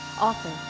author